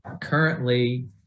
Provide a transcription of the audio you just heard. currently